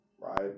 Right